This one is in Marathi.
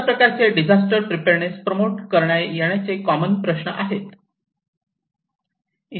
अशा प्रकारचे डिझास्टर प्रीपेडनेस प्रमोट करताना येणारे कॉमन प्रश्न आहेत